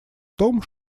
том